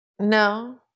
No